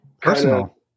Personal